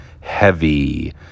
heavy